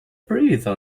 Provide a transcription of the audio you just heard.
breathe